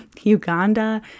Uganda